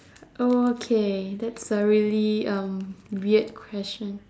okay that's a really um weird question